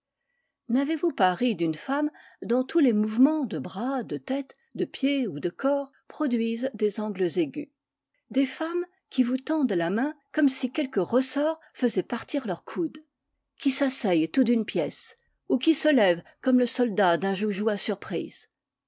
n'avez-vous pas ri d'une femme dont tous les mouvements de bras de tête de pied ou de corps produisent des angles aigus des femmes qui vous tendent la main comme si quelque ressort faisait partir leur coude qui s'asseyent tout d'une pièce ou qui se lèvent comme le soldat d'un joujou à surprise